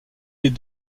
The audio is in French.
les